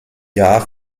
jahr